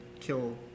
kill